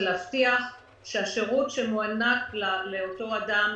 זה להבטיח שהשירות שמוענק לאותו אדם,